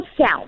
south